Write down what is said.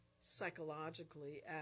psychologically